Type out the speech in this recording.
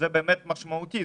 זה באמת משמעותי,